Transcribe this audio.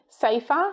safer